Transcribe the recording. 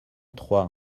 trois